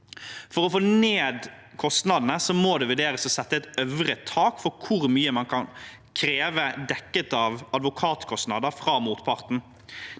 For å få ned kostnadene må det vurderes å sette et øvre tak for hvor mye man kan kreve dekket av advokatkostnader fra motparten.